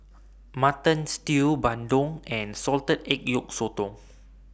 Mutton Stew Bandung and Salted Egg Yolk Sotong